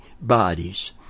bodies